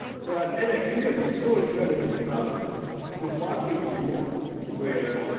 so at edx, we are just so incredibly proud to partner with you all where,